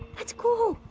let's go.